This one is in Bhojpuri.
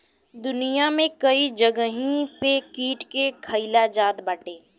दुनिया में कई जगही पे कीट के खाईल जात बाटे